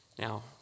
Now